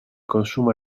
consumo